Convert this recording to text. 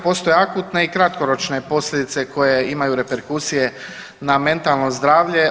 Postoje akutne i kratkoročne posljedice koje imaju reperkusije na mentalno zdravlje.